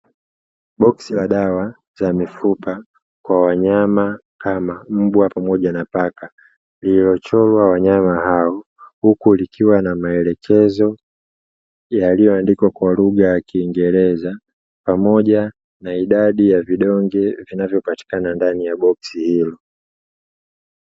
Boksi la dawa za mifupa kwa wanyama kama mbwa pamoja na paka, lililochorwa wanyama hao huku likiwa na maelekezo yaliyoandikwa kwa lugha ya kiingereza pamoja na idadi ya vidonge vinavyopatikana ndani ya boksi hilo.